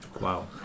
Wow